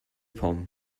pommes